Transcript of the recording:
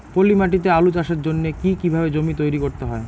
পলি মাটি তে আলু চাষের জন্যে কি কিভাবে জমি তৈরি করতে হয়?